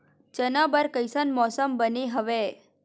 चना बर कइसन मौसम बने हवय?